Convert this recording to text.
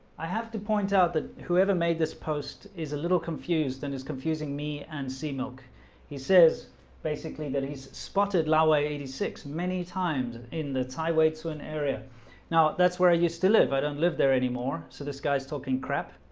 i have to point out that whoever made this post is a little confused and is confusing me and see milk he says basically that he's spotted laoway eighty six many times in the thai way to an area now that's where i used to live. i don't live there anymore. so this guy's talking crap